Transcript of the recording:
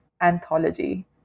Anthology